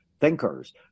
thinkers